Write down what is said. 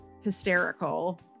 hysterical